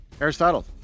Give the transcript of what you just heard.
Aristotle